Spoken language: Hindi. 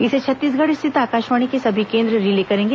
इसे छत्तीसगढ़ स्थित आकाशवाणी के सभी केंद्र रिले करेंगे